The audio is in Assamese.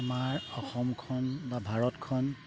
আমাৰ অসমখন বা ভাৰতখন